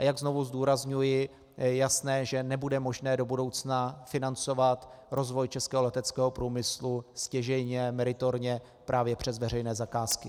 Jak znovu zdůrazňuji, je jasné, že nebude možné do budoucna financovat rozvoj českého leteckého průmyslu stěžejně a meritorně právě přes veřejné zakázky.